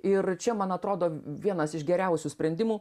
ir čia man atrodo vienas iš geriausių sprendimų